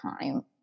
time